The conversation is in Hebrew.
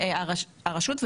הרשות,